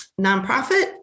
nonprofit